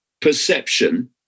perception